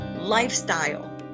lifestyle